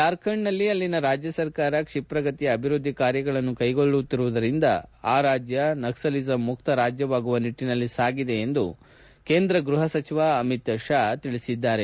ಜಾರ್ಖಂಡ್ನಲ್ಲಿ ಅಲ್ಲಿನ ರಾಜ್ಯ ಸರ್ಕಾರ ಕ್ಷಿಪ್ರಗತಿಯ ಅಭಿವೃದ್ದಿ ಕಾರ್ಯಗಳನ್ನು ಕೈಗೊಳ್ಳುತ್ತಿರುವುದರಿಂದ ಆ ರಾಜ್ಯ ನಕ್ಪಲಿಸಂ ಮುಕ್ತ ರಾಜ್ಯವಾಗುವ ನಿಟ್ಟಿನಲ್ಲಿ ಸಾಗಿದೆ ಎಂದು ಕೇಂದ್ರ ಗ್ಬಹ ಸಚಿವ ಅಮಿತ್ ಶಾ ಹೇಳಿದ್ದಾರೆ